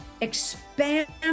expand